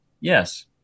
Yes